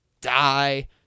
die